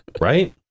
Right